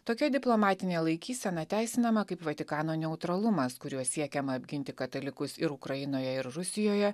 tokia diplomatinė laikysena teisinama kaip vatikano neutralumas kuriuo siekiama apginti katalikus ir ukrainoje ir rusijoje